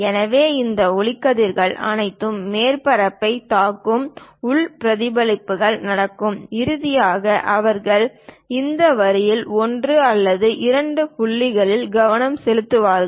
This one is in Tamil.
எனவே இந்த ஒளி கதிர்கள் அனைத்தும் மேற்பரப்பைத் தாக்கும் உள் பிரதிபலிப்புகள் நடக்கும் இறுதியாக அவர்கள் இந்த வரியில் ஒன்று அல்லது இரண்டு புள்ளிகளில் கவனம் செலுத்துவார்கள்